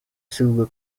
silver